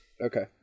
Okay